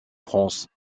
france